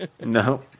no